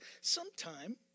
sometime